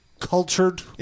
cultured